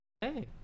Hey